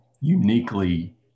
uniquely